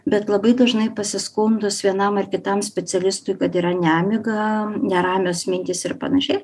bet labai dažnai pasiskundus vienam ar kitam specialistui kad yra nemiga neramios mintys ir panašiai